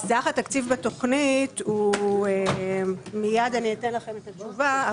סך התקציב בתכנית מיד אני אתן לכם את התשובה,